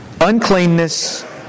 uncleanness